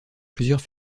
plusieurs